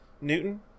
Newton